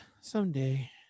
someday